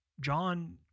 John